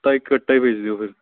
ਤਾਂ ਇੱਕ ਕੱਟਾ ਹੀ ਭੇਜ ਦਿਓ ਫਿਰ